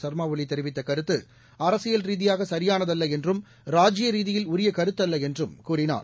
சர்மா ஒலி தெரிவித்த கருத்து அரசியல் ரீதியாக சரியானதல்ல என்றும் ராஜீய ரீதியில் உரிய கருத்து அல்ல என்றும் கூறினார்